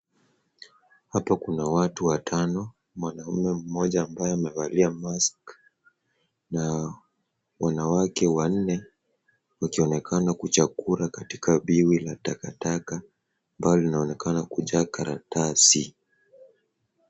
Hapa kuna watu watano, mwanaume mmoja ambaye amevalia mask na wanawake wanne wakionekana kuchakura katika biwi la takataka ambao linaonekana kujaa karatasi.